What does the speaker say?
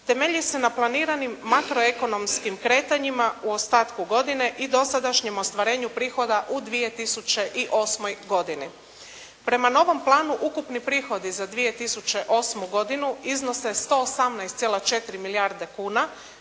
temelji se na planiranim makroekonomskim kretanjima u ostatku godine i dosadašnjem ostvarenju prihoda u 2008. godini. Prema novom planu ukupni prihodi za 2008. godinu iznose 118,4 milijarde kuna